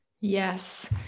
Yes